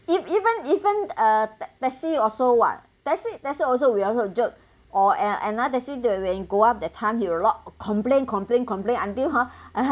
e~ even even uh taxi also [what] taxi taxi also we also joke or an another taxi the when you go up that time he will lock complain complain complain until hor ah